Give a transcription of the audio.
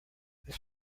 this